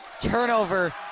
turnover